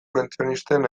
pentsionisten